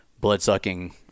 blood-sucking